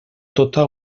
tota